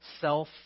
self